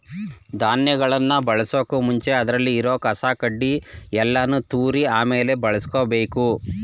ಧಾನ್ಯಗಳನ್ ಬಳಸೋಕು ಮುಂಚೆ ಅದ್ರಲ್ಲಿ ಇರೋ ಕಸ ಕಡ್ಡಿ ಯಲ್ಲಾನು ತೂರಿ ಆಮೇಲೆ ಬಳುಸ್ಕೊಬೇಕು